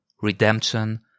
Redemption